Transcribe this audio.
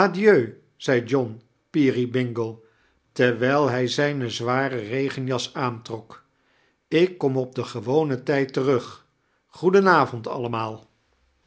peerybingle terwijl hij zij-ne zware regenjas aantrok ik kom op den gewonen tijd terug goeden avond allemaal